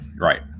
Right